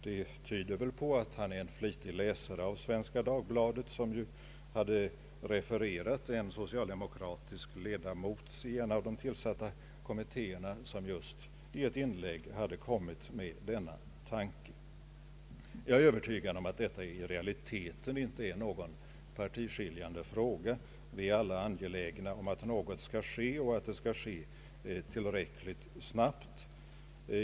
Det tyder på att han flitigt läser Svenska Dagbladet, som refererat en socialdemokratisk ledamot av en av de tillsatta kommittéerna. Denne hade i ett inlägg fört fram just den tanken. Jag är övertygad om att denna fråga i realiteten inte är partiskiljande. Vi är alla angelägna om att något skall ske — och ske tillräckligt snabbt.